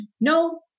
no